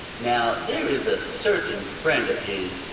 now there is a certain friend of his,